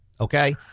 okay